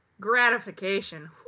gratification